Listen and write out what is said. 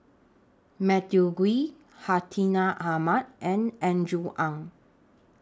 Matthew Ngui Hartinah Ahmad and Andrew Ang